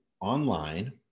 online